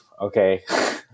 okay